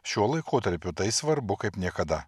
šiuo laikotarpiu tai svarbu kaip niekada